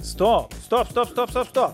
stop stop stop stop stop